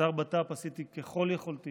כשר בט"פ עשיתי ככל יכולתי